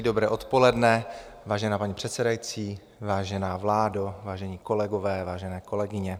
Dobré odpoledne, vážená paní předsedající, vážená vládo, vážení kolegové, vážené kolegyně.